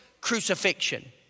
crucifixion